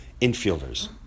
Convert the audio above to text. infielders